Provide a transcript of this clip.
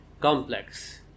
complex